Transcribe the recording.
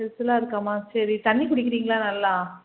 எரிச்சலாக இருக்காம்மா சரி தண்ணி குடிக்கிறிங்களா நல்லா